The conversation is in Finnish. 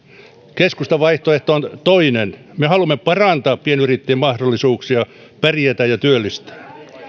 keskustan vaihtoehto on toinen me haluamme parantaa pienyrittäjien mahdollisuuksia pärjätä ja työllistää